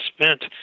spent